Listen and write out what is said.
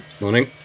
Morning